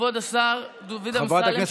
כבוד השר דודו אמסלם,